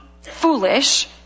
foolish